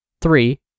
three